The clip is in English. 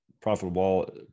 profitable